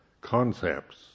concepts